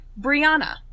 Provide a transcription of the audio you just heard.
Brianna